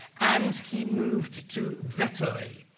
and he moved to vetheuil,